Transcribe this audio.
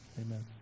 amen